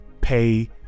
pay